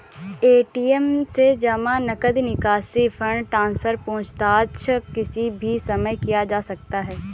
ATM से जमा, नकद निकासी, फण्ड ट्रान्सफर, पूछताछ किसी भी समय किया जा सकता है